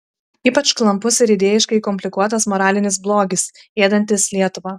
ypač klampus ir idėjiškai komplikuotas moralinis blogis ėdantis lietuvą